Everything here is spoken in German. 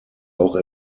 auch